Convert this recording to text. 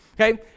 okay